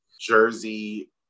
jersey